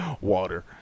Water